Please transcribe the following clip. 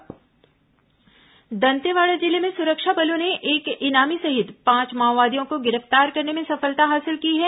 माओवादी गिरफ्तार दंतेवाड़ा जिले में सुरक्षा बलों ने एक इनामी सहित पांच माओवादियों को गिरफ्तार करने में सफलता हासिल की है